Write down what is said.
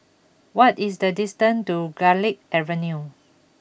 what is the distance to Garlick Avenue